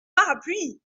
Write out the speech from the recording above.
parapluie